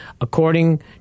according